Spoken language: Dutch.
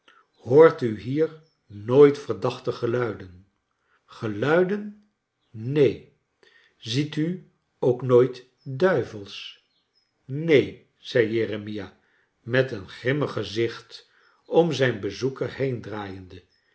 hoort u hier nooit verdachte geluiden geluiden neen ziet u ook nooit duivels j neen zei jeremia met een grimmig gezicht om zijn bezoeker